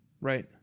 Right